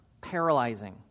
paralyzing